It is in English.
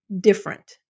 different